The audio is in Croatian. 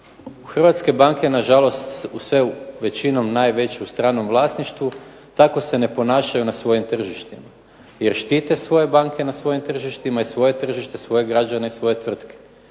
Hrvatske banke na žalost sve većinom najveće u stranom vlasništvu tako se ne ponašaju na svojim tržišta jer štite svoje banke na svojim tržištima i svoje tržište svoje građane i svoje tvrtke.